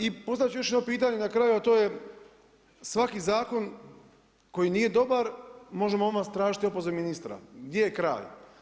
I postavit ću još jedno pitanje na kraju, a to je svaki zakon koji nije dobar možemo odmah tražiti opoziv ministra, gdje je kraj.